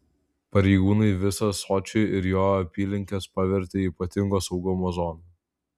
pareigūnai visą sočį ir jo apylinkes pavertė ypatingo saugumo zona